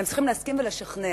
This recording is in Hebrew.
הן צריכות להסכים ולשכנע,